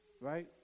right